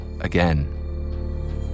again